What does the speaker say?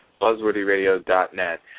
buzzworthyradio.net